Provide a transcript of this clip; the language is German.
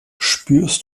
spürst